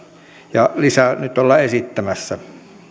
ja lisää nyt ollaan esittämässä